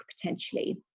potentially